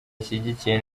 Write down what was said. ishyigikiye